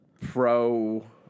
pro